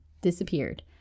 disappeared